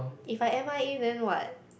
if I M_I_A then what